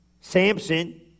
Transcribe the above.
Samson